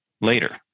later